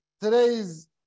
today's